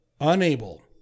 unable